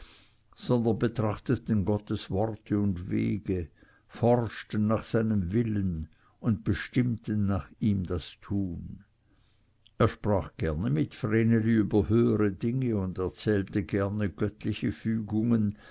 sondern betrachteten gottes worte und wege forschten nach seinem willen und bestimmten nach ihm das tun er sprach gerne mit vreneli über höhere dinge und erzählte gerne göttliche fügungen